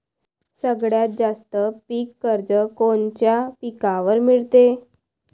सगळ्यात जास्त पीक कर्ज कोनच्या पिकावर मिळते?